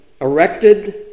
erected